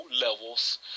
levels